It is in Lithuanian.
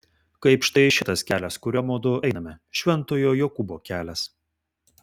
kaip štai šitas kelias kuriuo mudu einame šventojo jokūbo kelias